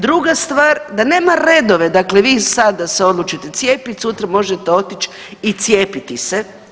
Druga stvar, da nema redove, dakle vi sada se odlučite cijepiti, sutra možete otić i cijepiti se.